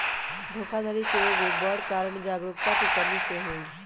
धोखाधड़ी के एगो बड़ कारण जागरूकता के कम्मि सेहो हइ